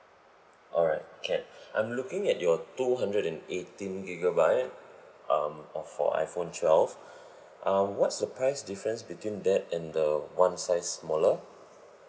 alright can I'm looking at your two hundred and eighteen gigabyte um of for iphone twelve uh what's the price difference between that and the one size smaller